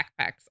Backpacks